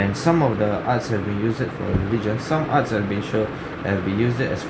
and some of the arts have we use it for religious some arts have been show and we used it as